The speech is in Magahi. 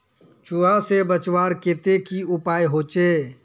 चूहा से बचवार केते की उपाय होचे?